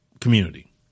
community